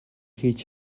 хийж